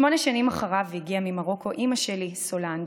שמונה שנים אחריו הגיעה ממרוקו אימא שלי, סולנז',